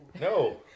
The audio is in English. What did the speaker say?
No